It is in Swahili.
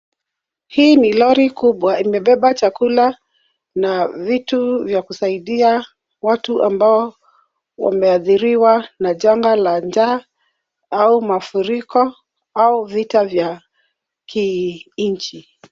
Hii ni lori kubwa. Imebeba chakula na vitu vya kusaidia watu ambao wameathiriwa na janga la njaa au mafuriko au vita vya kinchi.